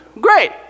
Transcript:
Great